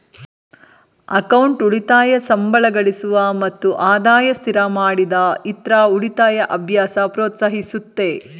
account ಉಳಿತಾಯ ಸಂಬಳಗಳಿಸುವ ಮತ್ತು ಆದಾಯ ಸ್ಥಿರಮಾಡಿದ ಇತ್ರ ಉಳಿತಾಯ ಅಭ್ಯಾಸ ಪ್ರೋತ್ಸಾಹಿಸುತ್ತೆ